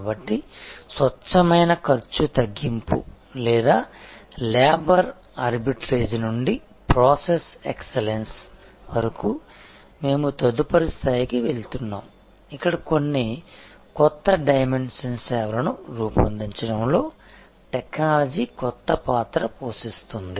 కాబట్టి స్వచ్ఛమైన ఖర్చు తగ్గింపు లేదా లేబర్ ఆర్బిట్రేజ్ నుండి ప్రాసెస్ ఎక్సలెన్స్ వరకు మేము తదుపరి స్థాయికి వెళ్తున్నాము ఇక్కడ కొన్ని కొత్త డైమెన్షన్ సేవలను రూపొందించడంలో టెక్నాలజీ కొత్త పాత్ర పోషిస్తుంది